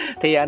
thì